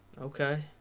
okay